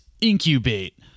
incubate